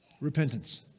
Repentance